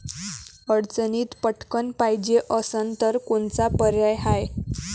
अडचणीत पटकण पायजे असन तर कोनचा पर्याय हाय?